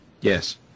yes